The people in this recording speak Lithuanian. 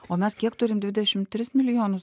o mes kiek turim dvidešim tris milijonus